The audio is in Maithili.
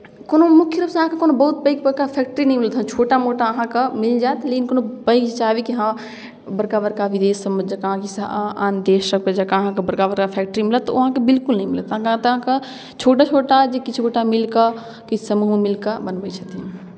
कोनो मुख्य रूपसँ अहाँकेँ कोनो बहुत पैघ बड़का फैक्ट्री नहि मिलत हँ छोटा मोटा अहाँकेँ मिल जायत लेकिन कोनो पैघ जे चाहबै कि हँ बड़का बड़का विदेश सभमे जँका कि आन देशसभके जँका अहाँकेँ बड़का बड़का फैक्ट्री मिलत तऽ ओ अहाँकेँ बिल्कुल नहि मिलत अहाँकेँ एतय अहाँकेँ छोटा छोटा जे किछु गोटा मिलि कऽ किछु समूह मिलि कऽ बनबैत छथिन